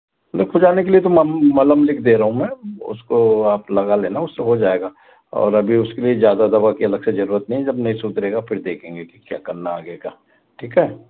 लो खुजाने के लिए तो मलहम लिख दे रहा हूँ मैं उसको आप लगा लेना उससे हो जाएगा और अभी उसके लिए ज़्यादा दवा की अलग से जरूरत नहीं है जब नहीं सुधरेगा फिर देखेंगे कि क्या करना है आगे का ठीक है